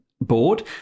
board